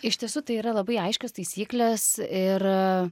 iš tiesų tai yra labai aiškios taisyklės ir